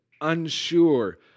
unsure